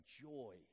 joy